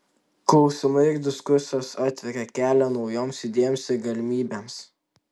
klausimai ir diskusijos atveria kelią naujoms idėjoms ir galimybėms